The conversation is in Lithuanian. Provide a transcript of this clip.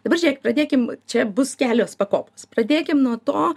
dabar žiūrėk pradėkim čia bus kelios pakopos pradėkim nuo to